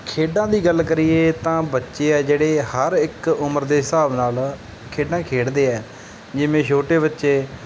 ਖੇਡਾਂ ਦੀ ਗੱਲ ਕਰੀਏ ਤਾਂ ਬੱਚੇ ਹੈ ਜਿਹੜੇ ਹਰ ਇੱਕ ਉਮਰ ਦੇ ਹਿਸਾਬ ਨਾਲ ਖੇਡਾਂ ਖੇਡਦੇ ਹੈ ਜਿਵੇਂ ਛੋਟੇ ਬੱਚੇ